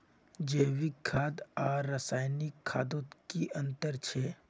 जैविक खाद आर रासायनिक खादोत की अंतर छे?